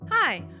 Hi